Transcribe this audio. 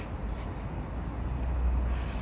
he also write ah